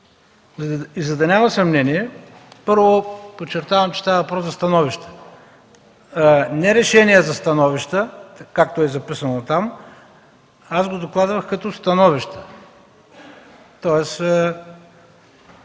За да няма съмнение, първо, подчертавам, че става въпрос за становища. Не „решение за становища”, както е записано там. Аз го докладвам като „становища”. Това